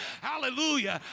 hallelujah